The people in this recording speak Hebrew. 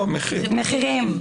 מחירים.